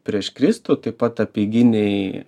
prieš kristų taip pat apeiginiai